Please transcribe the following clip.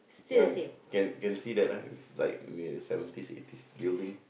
ya can can see that ah it's like seventies eighties building